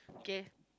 okay